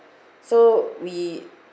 so we